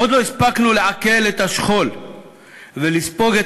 עוד לא הספקנו לעכל את השכול ולספוג את